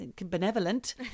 benevolent